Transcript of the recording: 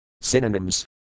Synonyms